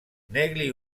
negli